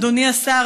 אדוני השר,